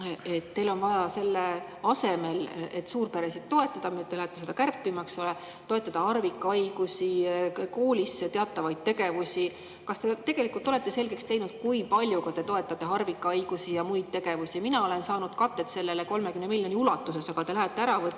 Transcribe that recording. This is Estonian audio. teil on vaja selle asemel, et suurperesid toetada – te lähete seda kärpima, eks ole – toetada harvikhaiguste [ravi], koolis teatavaid tegevusi. Kas te tegelikult olete selgeks teinud, kui palju te toetate harvikhaiguste [ravi] ja muid tegevusi? Mina olen saanud katet sellele 30 miljoni ulatuses, aga te lähete ära võtma